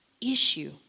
issue